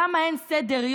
למה אין סדר-יום,